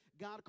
God